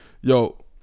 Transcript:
yo